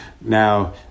Now